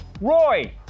Roy